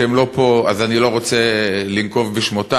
שהם לא פה אז אני לא רוצה לנקוב בשמותיהם,